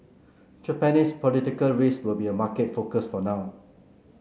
Japanese political risk will be a market focus for now